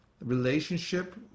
relationship